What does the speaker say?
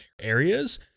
areas